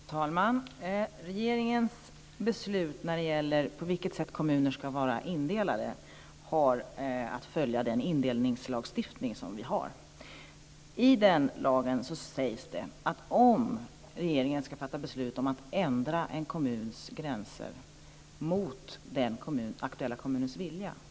Fru talman! Regeringens beslut när det gäller på vilket sätt kommuner ska vara indelade har att följa den indelningslagstiftning som vi har. I den lagen sägs det att det måste finnas synnerliga skäl om regeringen ska fatta beslut om att ändra en kommuns gränser mot den aktuella kommunens vilja.